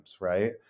right